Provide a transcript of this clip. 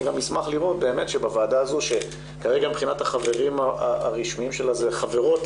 אני אשמח לראות שבוועדה הזו כרגע מבחינת החברים הרשמיים שלה זה חברות,